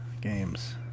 Games